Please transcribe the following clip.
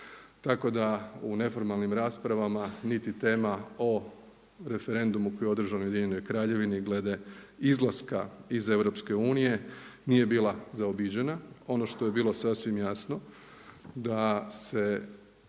tako da u neformalnim raspravama niti tema o referendumu koji je održan u UK glede izlaska iz EU nije bila zaobiđena. Ono što je bilo sasvim jasno da se